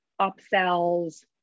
upsells